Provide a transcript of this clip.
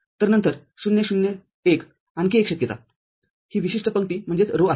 तर नंतर ००१ आणखी एक शक्यता ही विशिष्ट पंक्ती आहे